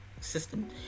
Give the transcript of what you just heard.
system